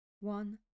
one